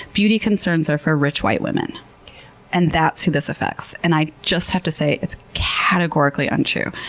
beauty concerns are for rich white women and that's who this affects. and i just have to say it's categorically untrue.